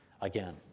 again